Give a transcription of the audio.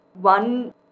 one